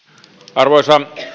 arvoisa